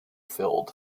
filled